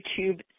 YouTube